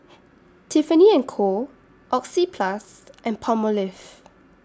Tiffany and Co Oxyplus and Palmolive